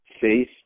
faith